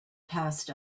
passed